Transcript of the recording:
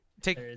take